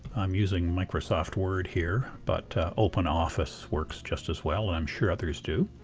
i'm using microsoft word here but open office works just as well and i'm sure others do.